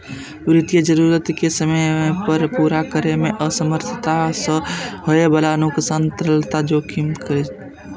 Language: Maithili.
वित्तीय जरूरत कें समय पर पूरा करै मे असमर्थता सं होइ बला नुकसान तरलता जोखिम छियै